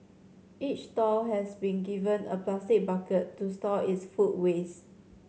each stall has been given a plastic bucket to store its food waste